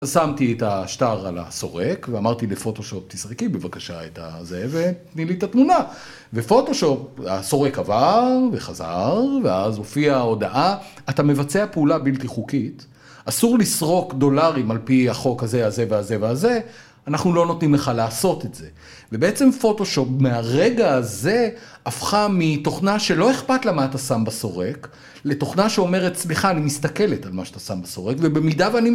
שמתי את השטר על הסורק, ואמרתי לפוטושופט "תסריקי בבקשה את הזה, ותני לי את התמונה". ופוטושופט, הסורק, עבר וחזר, ואז הופיע ההודעה "אתה מבצע פעולה בלתי חוקית, אסור לסרוק דולרים על פי החוק הזה הזה הזה והזה. אנחנו לא נותנים לך לעשות את זה". ובעצם, פוטושופט, מהרגע הזה, הפכה מתוכנה שלא אכפת לה מה אתה שם בסורק, לתוכנה שאומרת "סליחה, אני מסתכלת על מה שאתה שם בסורק, ובמידה ואני..."